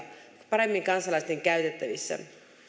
paremmin kansalaisten käytettävissä